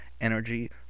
energy